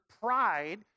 pride